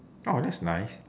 oh that's nice